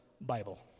Bible